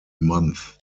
month